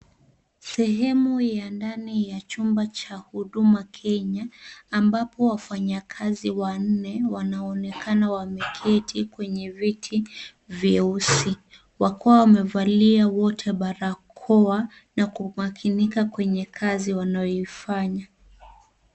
Sehemu ya ndani ya cha chumba cha huduma kenya ambapo wafanyakazi wanne wanaonekana wameketi kwenye vitu vyeusi wakiwa wamevalia wote barakoa na kumakinika kwenye kazi wanayoifanya.